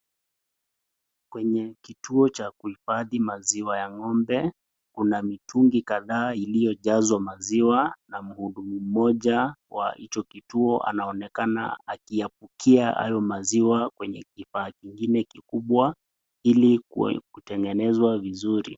Kwenye kituo cha kuhifadhi maziwa ya ng'ombe kunakuna mitungi kadhaa iliyojazwa maziwa na muhudumu mmoja kwa hicho kituo anaonekana akiabukia hayo maziwa kwenye kifaa kingine kikubwa ili kutengenezwa vizuri.